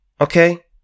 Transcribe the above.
Okay